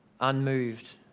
unmoved